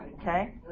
Okay